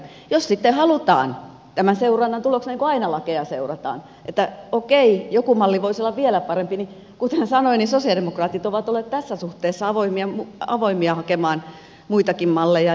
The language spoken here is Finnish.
jos sitten halutaan tämän seurannan tuloksena niin kuin aina lakeja seurataan että okei joku malli voisi olla vielä parempi niin kuten sanoin sosialidemokraatit ovat olleet tässä suhteessa avoimia hakemaan muitakin malleja